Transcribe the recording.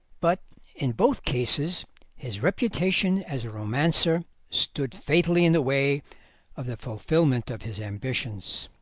but in both cases his reputation as a romancer stood fatally in the way of the fulfilment of his ambitions.